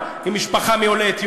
זה מזכיר לי מה שקורה עם הערבים,